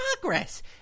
progress